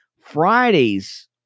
Friday's